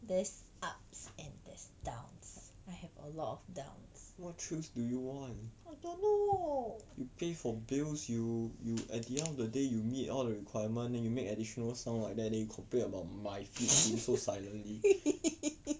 there's ups and there's downs I have a lot of downs I don't know